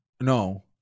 no